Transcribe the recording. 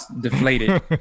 deflated